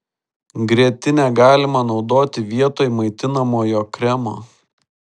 grietinę galima naudoti vietoj maitinamojo kremo